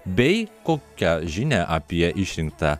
bei kokią žinią apie išrinktą